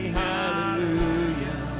hallelujah